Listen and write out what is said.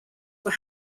were